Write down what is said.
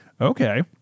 okay